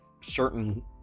certain